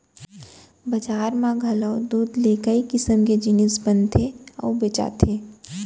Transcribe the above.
बजार म घलौ दूद ले कई किसम के जिनिस बनथे अउ बेचाथे